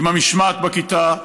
עם המשמעת בכיתה,